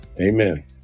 amen